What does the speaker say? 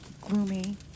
gloomy